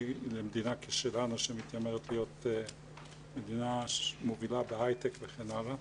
למדינה כשלנו שמתיימרת להיות מדינה מובילה בהייטק וכן הלאה.